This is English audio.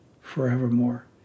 forevermore